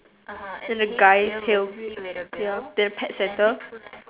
really little heel and the guy heel heel their pet centre